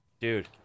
dude